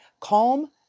calm